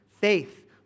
Faith